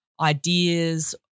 ideas